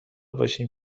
باشیم